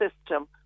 system